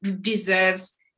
deserves